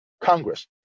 Congress